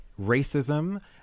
racism